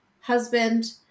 husband